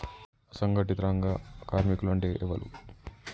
అసంఘటిత రంగ కార్మికులు అంటే ఎవలూ?